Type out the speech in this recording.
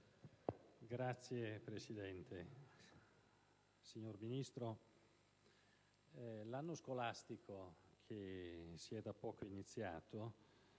Signora Presidente, signora Ministro, l'anno scolastico che è da poco iniziato